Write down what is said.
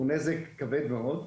מדובר בנזק כבד מאוד.